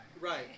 Right